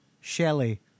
Shelley